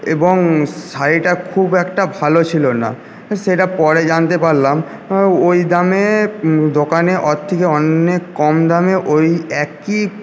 এবং শাড়িটা খুব একটা ভালো ছিল না সেটা পরে জানতে পারলাম ওই দামে দোকানে ওর থেকে অনেক কম দামে ওই একই